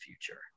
future